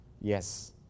Yes